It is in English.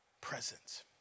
presence